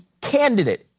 candidate